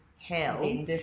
hell